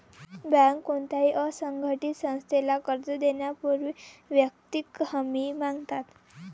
बँका कोणत्याही असंघटित संस्थेला कर्ज देण्यापूर्वी वैयक्तिक हमी मागतात